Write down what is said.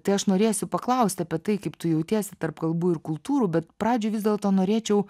tai aš norėsiu paklausti apie tai kaip tu jautiesi tarp kalbų ir kultūrų bet pradžioj vis dėlto norėčiau